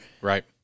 Right